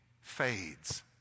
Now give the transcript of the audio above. fades